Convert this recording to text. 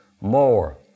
More